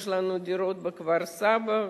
יש לנו דירות בכפר-סבא,